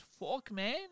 Forkman